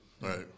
Right